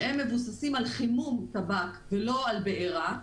שמבוססים על חימום טבק ולא על בעירה.